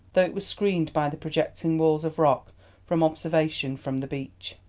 though it was screened by the projecting walls of rock from observation from the beach.